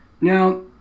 Now